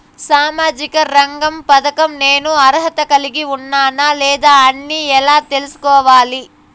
సామాజిక రంగ పథకం నేను అర్హత కలిగి ఉన్నానా లేదా అని ఎలా తెల్సుకోవాలి?